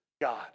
God